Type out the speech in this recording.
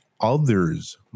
other's